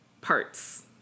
parts